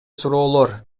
суроолор